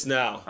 now